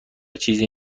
چیزی